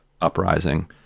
uprising